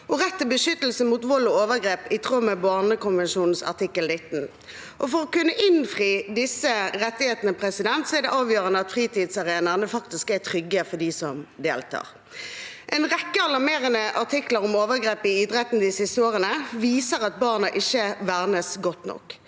og rett til beskyttelse mot vold og overgrep, i tråd med barnekonvensjonens artikkel 19. For å kunne innfri disse rettighetene er det avgjørende at fritidsarenaene faktisk er trygge for dem som deltar. En rekke alarmerende artikler om overgrep i idretten de siste årene viser at barna ikke vernes godt nok.